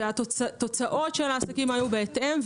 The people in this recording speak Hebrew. התוצאות של העסקים היו בהתאם.